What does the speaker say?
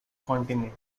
continent